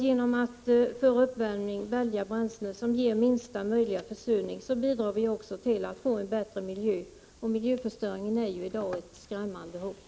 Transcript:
Genom att för uppvärmning välja bränslen som ger minsta möjliga försurning bidrar vi också till en bättre miljö. Miljöförstörningen är ju i dag ett skrämmande hot.